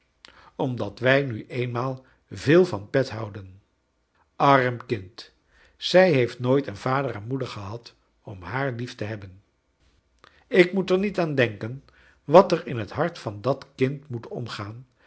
omdat wij nu eenmaal veel van pet houden arm kind zij heeft nooit een vader en moeder gehad om haar lief te hebben ik moet er niet aan denken wat er in het hart van dat kind moet omgaan